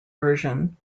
version